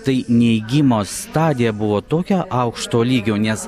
tai neigimo stadija buvo tokio aukšto lygio nes